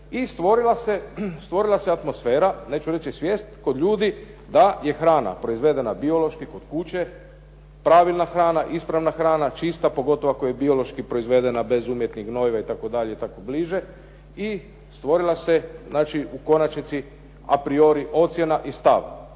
stvorila se atmosfera, neću reći svijest kod ljudi da je hrana proizvedena biološki kod kuće pravilna hrana, ispravna hrana čista, pogotovo ako je biološki proizvedena bez umjetnih gnojiva itd. i tako bliže. I stvorila se znači u konačnici a priori ocjena i stav